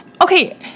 Okay